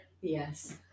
Yes